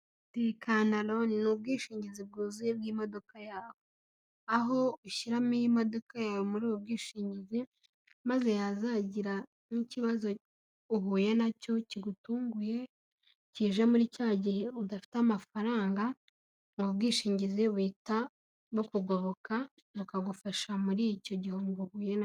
Tekana Loan ni ubwishingizi bwuzuye bw'imodoka yawe. Aho ushyiramo imodoka yawe muri ubu bwishingizi, maze yazagira nk'ikibazo uhuye na cyo kigutunguye, kije muri cya gihe udafite amafaranga, ubu bwishingizi buhita bukugoboka bukagufasha muri icyo gihombo uhuye na cyo.